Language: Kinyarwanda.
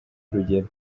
urugero